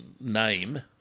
name